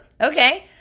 okay